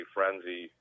Frenzy